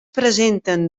presenten